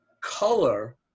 color